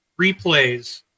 replays